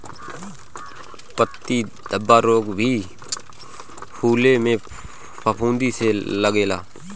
पत्ती धब्बा रोग भी फुले में फफूंद से लागेला